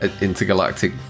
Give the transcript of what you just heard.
intergalactic